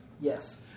Yes